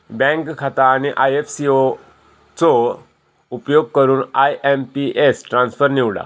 bank खाता आणि IFC चो उपयोग करून आय.एम.पी.एस ट्रान्सफर निवडा